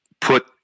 put